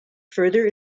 further